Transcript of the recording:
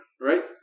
Right